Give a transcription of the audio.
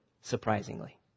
surprisingly